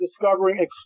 discovering